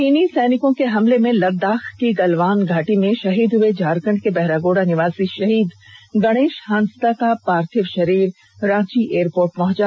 चीनी सैनिकों के हमले में लद्दाख की गलवान घाटी मे शहीद हुए झारखंड के बहरागोड़ा निवासी शहीद गणेष हांसदा का पार्थिव शरीर रांची एयरपोट पहुंचा